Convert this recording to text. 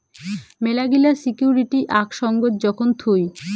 মেলাগিলা সিকুইরিটি আক সঙ্গত যখন থুই